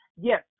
yes